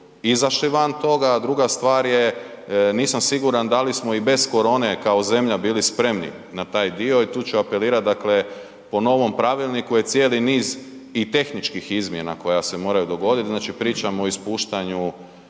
izašli van toga a druga stvar je, nisam siguran da li smo i bez korone kao zemlja bili spremni na taj dio i tu ču apelirat, dakle po novom pravilniku je cijeli niz i tehničkih izmjena koja se moraju dogoditi, znači pričamo o ispuštanju